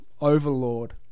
overlord